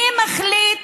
מי מחליט